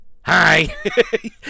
Hi